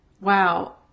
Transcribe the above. Wow